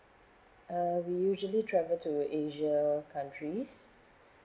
uh we usually travel to asia countries